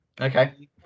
Okay